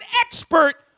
expert